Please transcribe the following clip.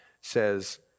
says